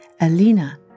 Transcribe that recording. Alina